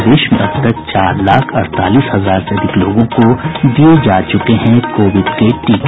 प्रदेश में अब तक चार लाख अड़तालीस हजार से अधिक लोगों को दिये जा चुके हैं कोविड के टीके